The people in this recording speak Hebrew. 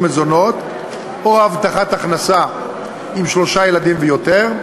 מזונות או הבטחת הכנסה עם שלושה ילדים ויותר,